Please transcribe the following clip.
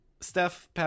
Steph